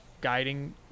guiding